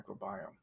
microbiome